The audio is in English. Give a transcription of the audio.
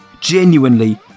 Genuinely